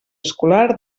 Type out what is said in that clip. escolar